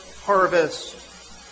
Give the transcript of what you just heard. harvest